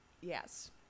Yes